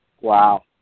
Wow